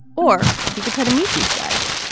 or he could try to meet these guys,